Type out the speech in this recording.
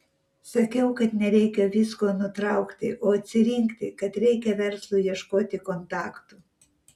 sakiau kad nereikia visko nutraukti o atsirinkti kad reikia verslui ieškoti kontaktų